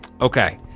Okay